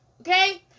Okay